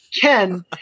Ken